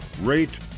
rate